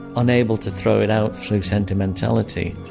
unable to throw it out so of sentimentality,